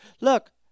Look